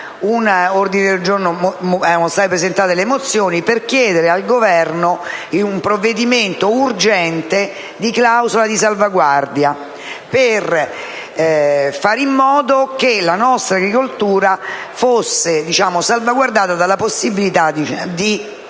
un ordine del giorno e che erano state presentate delle mozioni per chiedere al Governo un provvedimento urgente in materia di clausola di salvaguardia, per far in modo che la nostra agricoltura fosse salvaguardata dalla possibilità di